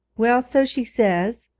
well, so she says,